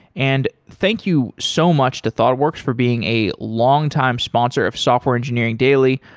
and thank you so much to thoughtworks for being a longtime sponsor of software engineering daily.